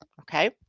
okay